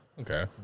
Okay